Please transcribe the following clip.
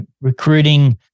recruiting